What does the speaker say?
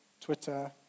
twitter